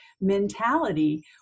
mentality